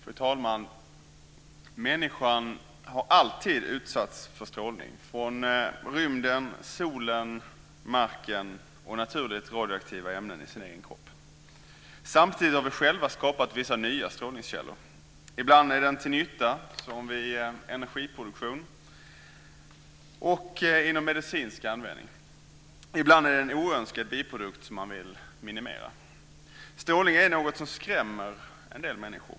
Fru talman! Människan har alltid utsatts för strålning - från rymden, solen, marken och naturligt radioaktiva ämnen i sin egen kropp. Samtidigt har vi själva skapat vissa nya strålningskällor. Ibland är de till nytta, som vid energiproduktion och inom medicinsk användning. Ibland är strålningen en oönskad biprodukt som man vill minimera. Strålning är något som skrämmer en del människor.